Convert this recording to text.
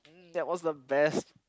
that was the best